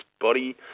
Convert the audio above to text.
body